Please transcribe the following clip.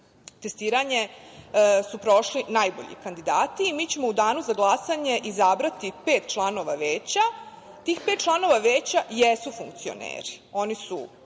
Testiranje su prošli najbolji kandidati. Mi ćemo u danu za glasanje izabrati pet članova Veća. Tih pet članova Veća jesu funkcioneri.